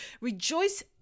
Rejoice